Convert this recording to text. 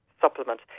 supplement